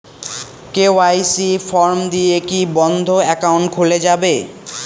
KYC form দিয়ে কি বন্ধ একাউন্ট খুলে যাবে?